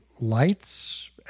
lights